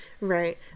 right